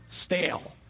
stale